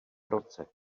roce